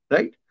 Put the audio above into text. Right